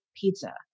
pizza